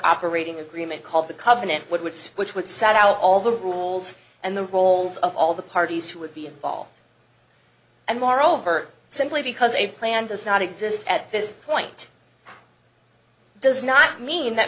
operating agreement called the covenant woods which would sat out all the rules and the roles of all the parties who would be a ball and moreover simply because a plan does not exist at this point does not mean that